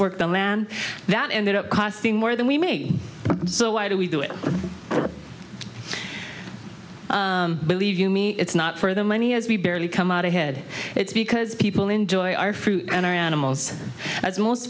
work the man that ended up costing more than we made so why do we do it believe you me it's not for the money as we barely come out ahead it's because people enjoy our fruit and our animals a